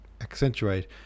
accentuate